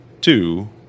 two